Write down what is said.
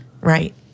right